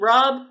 Rob